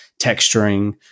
texturing